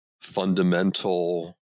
fundamental